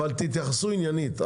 תתייחסו עניינית.